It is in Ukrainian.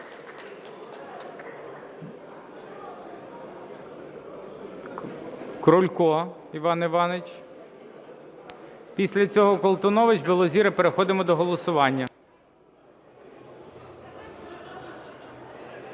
Крулько Іван Іванович. Після цього Колтунович, Білозір і переходимо до голосування.